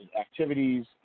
activities